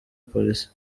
polisi